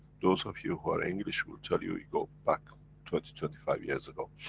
those of you are english will tell you, you go back twenty twenty five years ago.